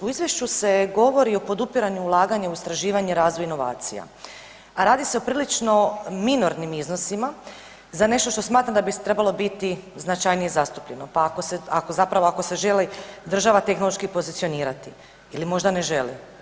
U izvješću se govori o podupiranju ulaganja u istraživanje i razvoj inovacija, a radi se o prilično minornim iznosima za nešto što smatram da bi trebalo biti značajnije zastupljeno, pa zapravo ako se želi država tehnološki pozicionirati ili možda ne želi.